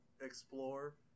explore